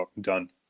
done